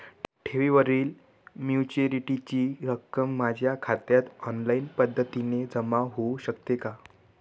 ठेवीवरील मॅच्युरिटीची रक्कम माझ्या खात्यात ऑनलाईन पद्धतीने जमा होऊ शकते का?